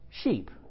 Sheep